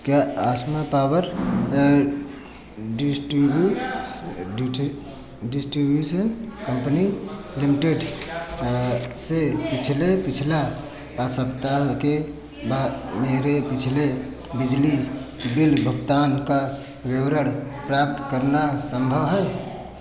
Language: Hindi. क्या आसमा पावर डिस्ट्रीब्यूशन कंपनी लिमिटेड से पिछले पिछला सप्ताह का मेरे पिछले बिजली बिल भुगतान का विवरण प्राप्त करना संभव है